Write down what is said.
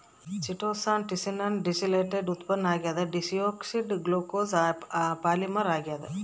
chitosan chitin ನ deacetylated ಉತ್ಪನ್ನ ಆಗ್ಯದ ಡಿಯೋಕ್ಸಿ ಡಿ ಗ್ಲೂಕೋಸ್ನ ಪಾಲಿಮರ್ ಆಗ್ಯಾದ